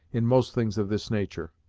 in most things of this nature.